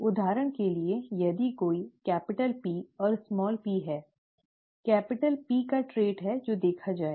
उदाहरण के लिए यदि कोई कैपिटल P और स्मॉल p है कैपिटल P का ट्रेट है जो देखा जाएगा